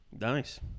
Nice